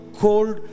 cold